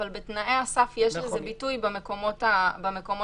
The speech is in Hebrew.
אבל בתנאי הסף יש לזה ביטוי במקומות המתאימים.